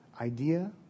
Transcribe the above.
Idea